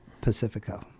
Pacifico